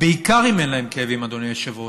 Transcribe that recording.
בעיקר אם אין להם כאבים, אדוני היושב-ראש.